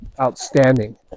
outstanding